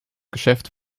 geschäft